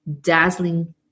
dazzling